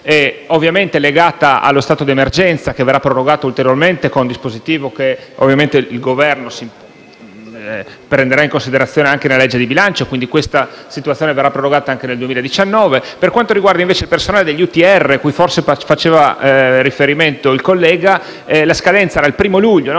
ovviamente legata allo stato di emergenza che verrà prorogata ulteriormente con un dispositivo che il Governo prenderà in considerazione anche nella legge di bilancio, quindi questa situazione verrà prorogata anche nel 2019. Per quanto riguarda, invece, il personale degli UTR, cui forse faceva riferimento il collega, la scadenza è il primo luglio, non